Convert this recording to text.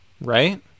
right